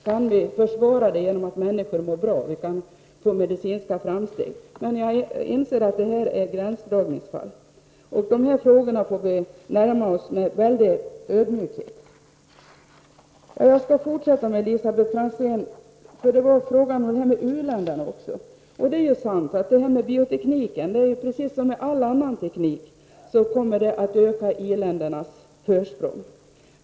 Kan vi försvara denna genmanipulation med att den leder till medicinska framsteg och med att människor tack vare den mår bra? Jag inser att detta är ett gränsfall. Vi får närma oss dessa frågor med stor ödmjukhet. Elisabet Franzén tog upp frågan om u-länderna. Biotekniken kommer liksom all annan teknik att öka industriländernas försprång.